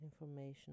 information